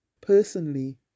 Personally